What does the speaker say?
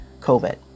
COVID